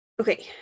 Okay